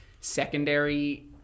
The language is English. secondary